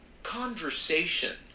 conversation